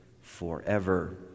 forever